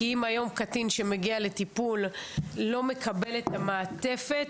כי אם היום קטין שמגיע לטיפול לא מקבל את המעטפת,